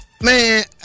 man